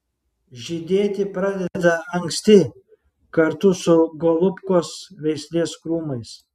žydėti pradeda anksti kartu su golubkos veislės krūmais